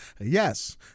yes